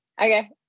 Okay